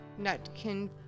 Nutkin